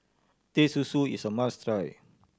Teh Susu is a must try